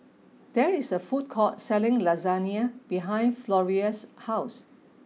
there is a food court selling Lasagne behind Florrie's house